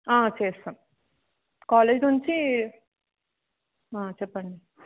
చేస్తాం కాలేజీ నుంచి చెప్పండి